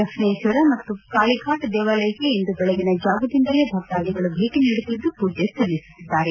ದಕ್ಷಿಣೇಶ್ವರ ಮತ್ತು ಕಾಳೀಫಾಟ್ ದೇವಾಲಯಕ್ಕೆ ಇಂದು ಬೆಳಗಿನ ಜಾವದಿಂದಲೇ ಭಕ್ತಾದಿಗಳು ಭೇಟ ನೀಡುತ್ತಿದ್ದು ಪೂಜೆ ಸಲ್ಲಿಸುತ್ತಿದ್ದಾರೆ